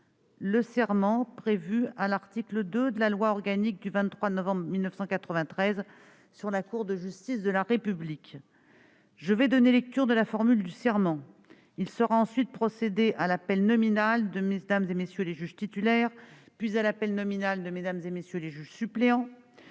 le serment prévu par l'article 2 de la loi organique du 23 novembre 1993 sur la Cour de justice de la République. Je vais donner lecture de la formule du serment. Il sera procédé ensuite à l'appel nominal de Mmes et MM. les juges titulaires, puis à l'appel nominal de Mmes et MM. les juges suppléants.